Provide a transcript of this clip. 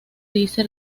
dice